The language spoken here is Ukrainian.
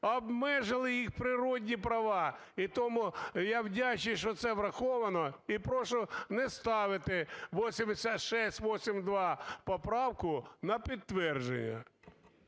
обмежили їх природні права. І тому я вдячний, що це враховано. І прошу не ставити 682 поправку на підтвердження.